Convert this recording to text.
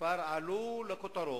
כבר עלו לכותרות,